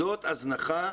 זאת הזנחה.